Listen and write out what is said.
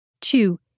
Two